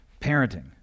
Parenting